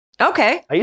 Okay